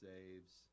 Saves